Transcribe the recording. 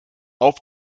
auf